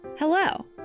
Hello